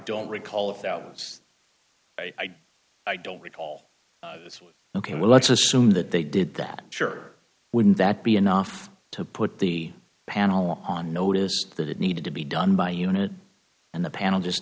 don't recall of thousands i i don't recall ok well let's assume that they did that sure wouldn't that be enough to put the panel on notice that it needed to be done by unit and the panel just